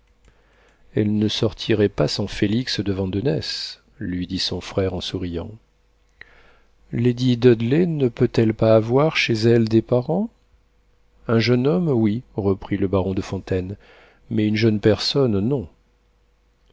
elle ne sortirait pas sans félix de vandenesse lui dit son frère en souriant lady dudley ne peut-elle pas avoir chez elle des parents un jeune homme oui reprit le baron de fontaine mais une jeune personne non